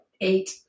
eight